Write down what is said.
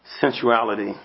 sensuality